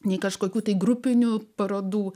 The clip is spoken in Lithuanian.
nei kažkokių tai grupinių parodų